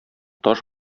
таш